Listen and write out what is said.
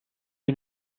you